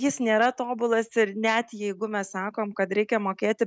jis nėra tobulas ir net jeigu mes sakom kad reikia mokėti